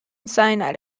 cyanide